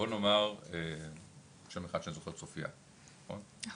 בוא נאמר, שם אחד שאני זוכר, צופיה, נכון?